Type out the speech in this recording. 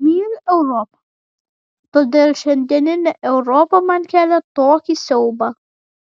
myliu europą todėl šiandieninė europa man kelia tokį siaubą